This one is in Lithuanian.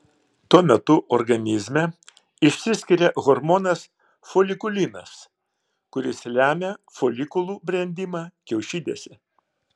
tuo metu organizme išsiskiria hormonas folikulinas kuris lemia folikulų brendimą kiaušidėse